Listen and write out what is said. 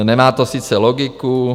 Nemá to sice logiku.